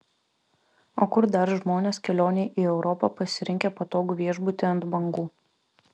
o kur dar žmonės kelionei į europą pasirinkę patogų viešbutį ant bangų